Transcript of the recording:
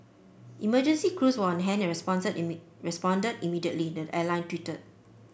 emergency crews were on hand and responded responded immediately the airline tweeted